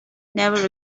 never